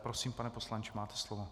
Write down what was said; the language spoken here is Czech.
Prosím, pane poslanče, máte slovo.